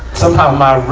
somehow my,